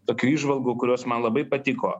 tokių įžvalgų kurios man labai patiko